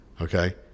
Okay